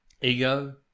Ego